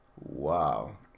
wow